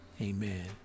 amen